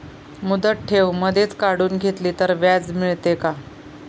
मुदत ठेव मधेच काढून घेतली तर व्याज मिळते का?